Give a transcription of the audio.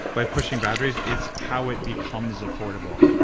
by pushing boundaries, it's how it becomes affordable.